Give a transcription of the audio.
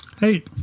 Hey